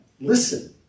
Listen